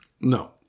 No